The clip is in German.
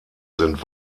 sind